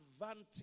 advantage